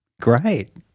Great